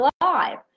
alive